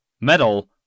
metal